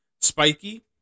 spiky